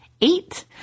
eight